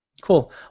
Cool